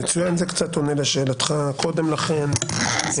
זה קצת עונה לשאלתך קודם לכן.